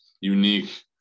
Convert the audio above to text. unique